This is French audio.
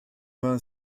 vingt